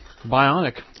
Bionic